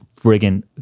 friggin